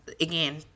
again